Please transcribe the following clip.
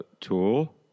Tool